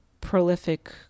prolific